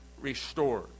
restored